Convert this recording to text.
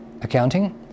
accounting